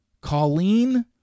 Colleen